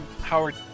howard